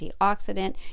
antioxidant